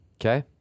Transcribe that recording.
Okay